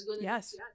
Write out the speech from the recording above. Yes